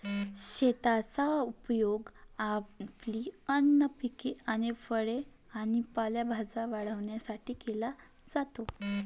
शेताचा उपयोग आपली अन्न पिके आणि फळे आणि भाजीपाला वाढवण्यासाठी केला जातो